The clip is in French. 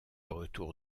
retour